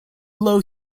low